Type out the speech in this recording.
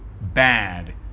bad